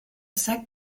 sac